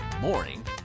morning